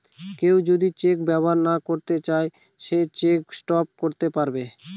কেউ যদি চেক ব্যবহার না করতে চাই সে চেক স্টপ করতে পারবে